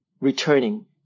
returning